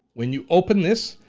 when you open this,